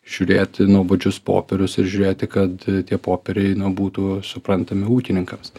žiūrėti nuobodžius popierius ir žiūrėti kad tie popieriai na būtų suprantami ūkininkams